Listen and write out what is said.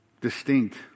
distinct